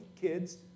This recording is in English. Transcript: kids